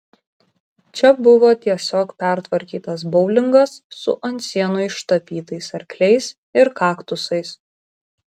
čia buvo tiesiog pertvarkytas boulingas su ant sienų ištapytais arkliais ir kaktusais